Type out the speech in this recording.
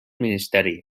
ministeri